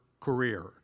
career